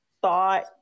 thought